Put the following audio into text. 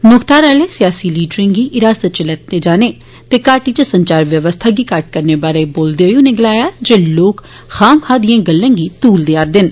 मुक्ख धारा आले सियासी लीडरें गी हिरासत इच लैने ते घाटी इच संचार व्यवस्था गी घट्ट करने बारै बोलदे होई उनें गलाया जे लोक खामखा दिए गल्लें गी तूल देआ'रदे न